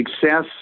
success